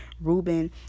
Reuben